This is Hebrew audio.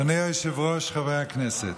אדוני היושב-ראש, חברי הכנסת,